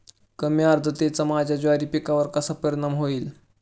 कमी आर्द्रतेचा माझ्या ज्वारी पिकावर कसा परिणाम होईल?